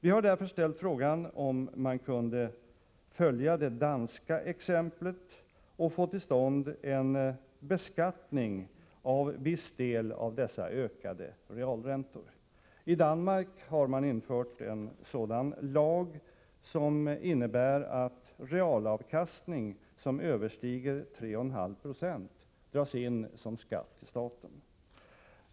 Vi har därför ställt frågan om man kunde följa det danska exemplet och få till stånd en beskattning av viss del av dessa ökade realräntor. I Danmark har det införts en lag som innebär att realavkastning som överstiger 3,5 Jo dras in som skatt till staten.